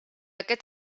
aquest